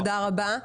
תודה רבה.